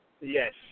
Yes